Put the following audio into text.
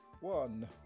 One